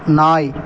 நாய்